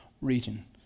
region